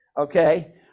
Okay